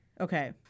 okay